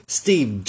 steve